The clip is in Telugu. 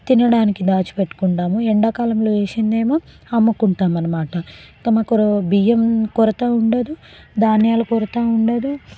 తినడానికి దాచుపెట్టుకుంటాము ఎండాకాలంలో వేసిందేమో అమ్ముకుంటాము అన్నమాట తమ కొరు బియ్యం కొరత ఉండదు ధాన్యాల కొరత ఉండదు